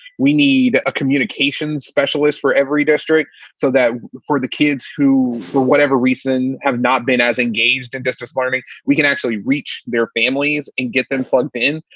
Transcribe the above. we need a communications specialist for every district so that for the kids who for whatever reason, have not been as engaged in district farming. we can actually reach their families and get them plugged in.